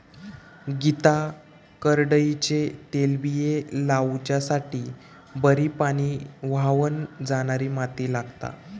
गीता करडईचे तेलबिये लावच्यासाठी बरी पाणी व्हावन जाणारी माती लागता